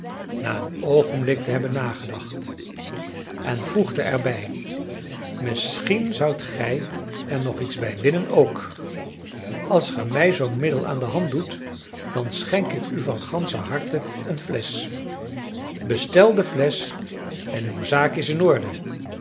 na een oogenblik te hebben nagedacht en voegde er bij misschien zoudt gij er nog iets bij winnen ook als ge mij zoo'n middel aan de hand doet dan schenk ik u van ganscher harte een flesch bestel de flesch en uw zaak is in orde